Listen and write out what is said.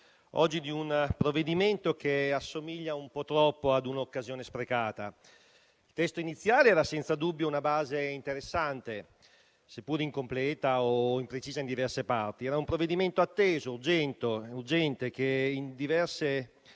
oggi di un provvedimento che assomiglia un po' troppo a un'occasione sprecata. Il testo iniziale era senza dubbio una base interessante, seppure incompleta o imprecisa in diverse parti. Era un provvedimento atteso, urgente, che tanti